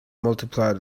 multiplied